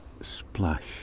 splash